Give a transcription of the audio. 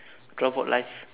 robot life